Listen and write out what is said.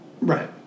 Right